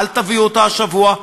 אל תביאו אותה השבוע,